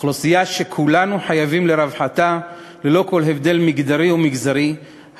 אוכלוסייה שכולנו מחויבים לרווחתה ללא כל הבדל מגדרי או מגזרי,